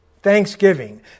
Thanksgiving